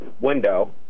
window